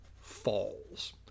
falls